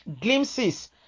Glimpses